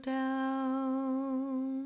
down